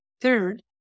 third